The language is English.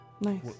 Nice